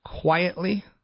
quietly